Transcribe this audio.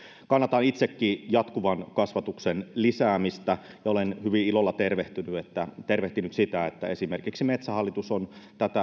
kannatan itsekin jatkuvan kasvatuksen lisäämistä ja olen hyvin ilolla tervehtinyt sitä että esimerkiksi metsähallitus on